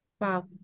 Wow